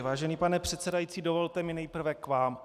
Vážený pane předsedající, dovolte mi nejprve k vám.